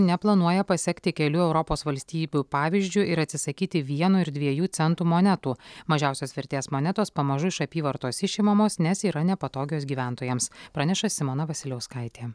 neplanuoja pasekti kelių europos valstybių pavyzdžiu ir atsisakyti vieno ir dviejų centų monetų mažiausios vertės monetos pamažu iš apyvartos išimamos nes yra nepatogios gyventojams praneša simona vasiliauskaitė